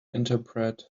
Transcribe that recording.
interpret